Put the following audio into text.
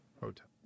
hotel